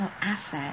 asset